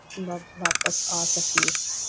ਵਾ ਵਾਪਸ ਆ ਸਕੀਏ